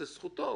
זאת זכותו,